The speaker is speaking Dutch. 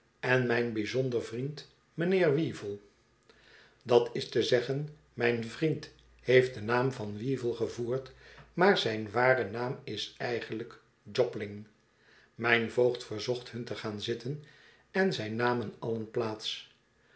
en mijn bijzonder vriend mijnheer weévle dat is te zeggen mijn vriend heeft den naam van weevle gevoerd maar zijn ware naam is eigenlijk jobling mijn voogd verzocht hun te gaan zitten en zij namen allen plaats